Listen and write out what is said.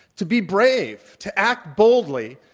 to be brave, to act boldly,